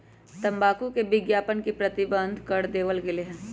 तंबाकू के विज्ञापन के प्रतिबंध कर देवल गयले है